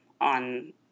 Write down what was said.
on